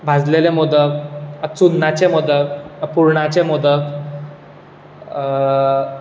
भाजलेले मोदक चुन्नाचे मोदक पुरणाचे मोदक